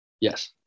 Yes